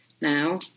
now